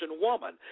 woman